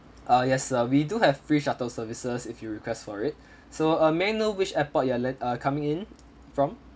uh yes sir we do have free shuttle services if you request for it so uh may I know which airport you are land~ uh coming in from